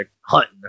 hunting